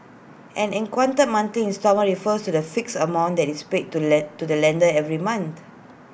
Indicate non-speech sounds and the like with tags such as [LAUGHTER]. an equated monthly instalment refers to the fixed amount that is paid to [UNINTELLIGIBLE] to the lender every month